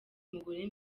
mugore